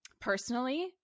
personally